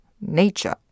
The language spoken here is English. nature